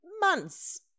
months